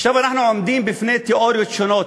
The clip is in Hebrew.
עכשיו אנחנו עומדים בפני תיאוריות שונות.